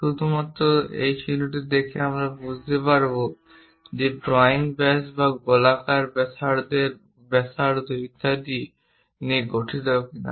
শুধুমাত্র সেই চিহ্নটি দেখে আমরা বুঝতে পারব যে ড্রয়িংটি ব্যাস বা গোলাকার ব্যাসার্ধের ব্যাসার্ধ ইত্যাদি নিয়ে গঠিত কিনা